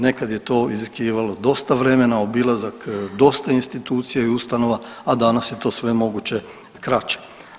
Nekad je to iziskivalo dosta vremena, obilazak dosta institucija i ustanova, a danas je to sve moguće kraće.